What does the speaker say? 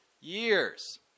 years